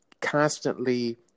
constantly